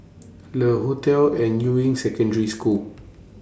Le Hotel and Yuying Secondary School